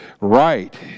right